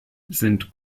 sind